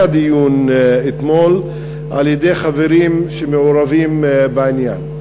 הדיון אתמול על-ידי חברים שמעורבים בעניין: